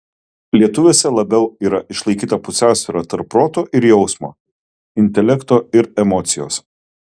lietuviuose labiau yra išlaikyta pusiausvyra tarp proto ir jausmo intelekto ir emocijos